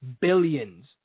billions